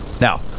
Now